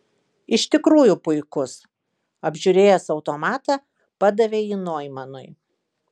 iš tikrųjų puikus apžiūrėjęs automatą padavė jį noimanui